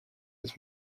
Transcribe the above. his